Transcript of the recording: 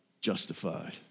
justified